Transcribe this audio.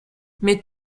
mais